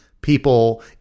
people